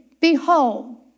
behold